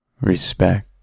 respect